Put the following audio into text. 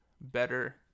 better